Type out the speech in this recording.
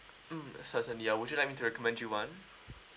mm certainly uh would you like me to recommend you one